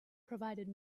provided